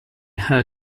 her